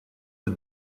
the